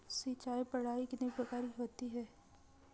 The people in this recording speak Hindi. सिंचाई प्रणाली कितने प्रकार की होती है?